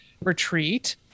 retreat